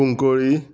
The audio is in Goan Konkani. कुंकळी